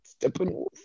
Steppenwolf